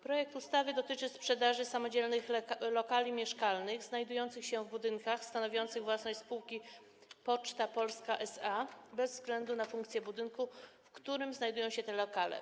Projekt ustawy dotyczy sprzedaży samodzielnych lokali mieszkalnych znajdujących się w budynkach stanowiących własność spółki Poczta Polska SA bez względu na funkcję budynku, w którym znajdują się te lokale.